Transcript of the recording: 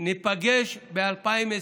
ניפגש ב-2020,